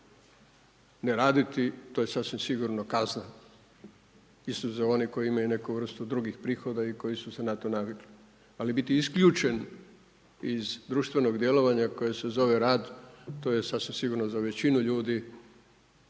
Ne raditi to je sasvim sigurno kazna osim za one koji imaju neku vrstu drugih prihoda i koji su se na to navikli. Ali biti isključen iz društvenog djelovanja koje se zove rad, to je sasvim sigurno za većinu ljudi